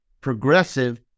progressive